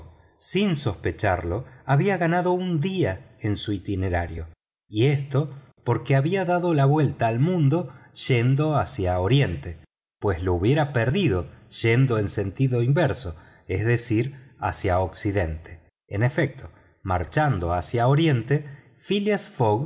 sin sospecharlo había ganado un día en su itinerario y esto porque había dado la vuelta al mundo yendo hacia oriente pues lo hubiera perdido yendo en sentido inverso es decir hacia occidente en efecto marchando hacia oriente phileas